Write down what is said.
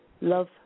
Love